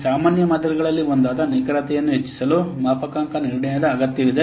ಈ ಸಾಮಾನ್ಯ ಮಾದರಿಗಳಲ್ಲಿ ಒಂದಾದ ನಿಖರತೆಯನ್ನು ಹೆಚ್ಚಿಸಲು ಮಾಪನಾಂಕ ನಿರ್ಣಯದ ಅಗತ್ಯವಿದೆ